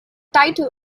title